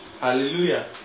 Hallelujah